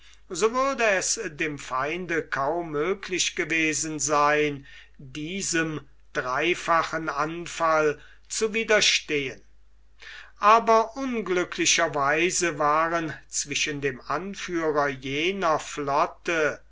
so würde es dem feinde kaum möglich gewesen sein diesem dreifachen anfall zu widerstehen aber unglücklicherweise waren zwischen dem anführer jener flotte